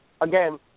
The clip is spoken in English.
again